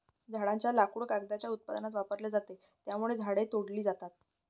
झाडांचे लाकूड कागदाच्या उत्पादनात वापरले जाते, त्यामुळे झाडे तोडली जातात